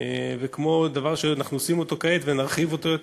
וכמו דבר שאנחנו עושים אותו כעת ונרחיב יותר,